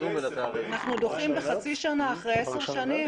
אנחנו דוחים בחצי שנה אחרי 10 שנים.